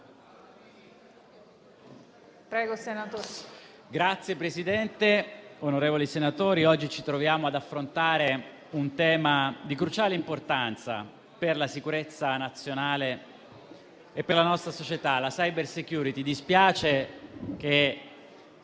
Signor Presidente, onorevoli senatori, oggi ci troviamo ad affrontare un tema di cruciale importanza per la sicurezza nazionale e per la nostra società, la *cybersecurity*. Dispiace che